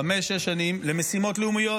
חמש-שש שנים למשימות לאומיות.